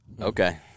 okay